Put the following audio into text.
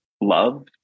love